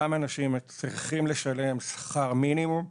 אותם אנשים צריכים לשלם שכר מינימום,